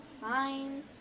Fine